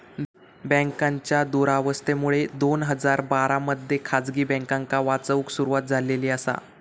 बँकांच्या दुरावस्थेमुळे दोन हजार बारा मध्ये खासगी बँकांका वाचवूक सुरवात झालेली आसा